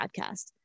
Podcast